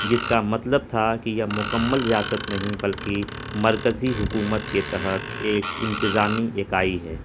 جس کا مطلب تھا کہ یہ مکمل ریاست نہیں بلکہ مرکزی حکومت کے تحت ایک انتظامی اکائی ہے